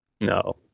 No